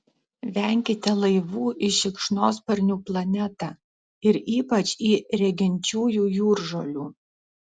venkite laivų į šikšnosparnių planetą ir ypač į reginčiųjų jūržolių